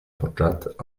forjat